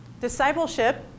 discipleship